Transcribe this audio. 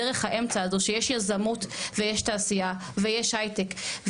דרך האמצע הזו שיש יזמות ויש תעשייה ויש היי-טק,